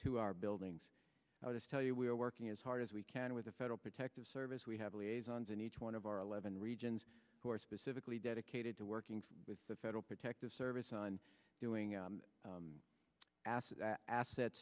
to our buildings i'll just tell you we are working as hard as we can with the federal protective service we have liaison's in each one of our eleven regions who are specifically dedicated to working with the federal protective service on doing acid asset